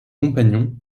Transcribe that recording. compagnons